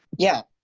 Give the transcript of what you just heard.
yeah,